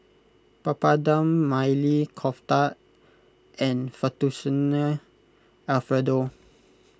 Papadum Maili Kofta and Fettuccine Alfredo